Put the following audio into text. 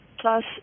plus